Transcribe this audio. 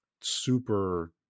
super